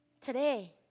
Today